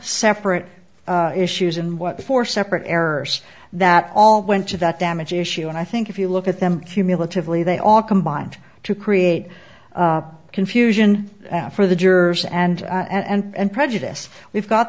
separate issues in what four separate errors that all went to that damage issue and i think if you look at them cumulatively they all combined to create confusion for the jurors and and prejudice we've got